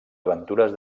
aventures